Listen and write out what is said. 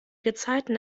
gezeiten